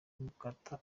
gukata